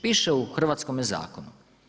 Piše u hrvatskome zakonu.